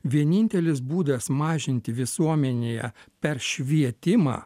vienintelis būdas mažinti visuomenėje per švietimą